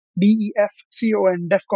D-E-F-C-O-N